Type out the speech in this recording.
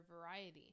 variety